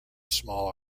small